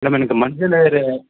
இல்லை மேம் எனக்கு மஞ்சள்